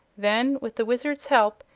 then, with the wizard's help,